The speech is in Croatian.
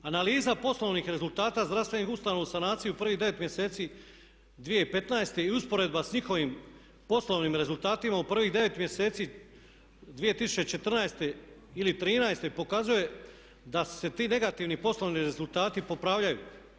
Analiza poslovnih rezultata zdravstvenih ustanova u sanaciju prvih 9 mjeseci 2015. i usporedba sa njihovim poslovnim rezultatima u prvih 9 mjeseci 2014. ili trinaeste pokazuje da se ti negativni poslovni rezultati popravljaju.